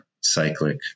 cyclic